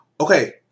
okay